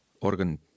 Organ